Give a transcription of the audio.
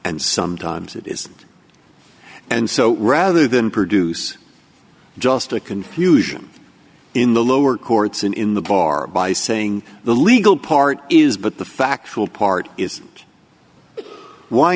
and sometimes it is and so rather than produce just a confusion in the lower courts and in the bar by saying the legal part is but the factual part is why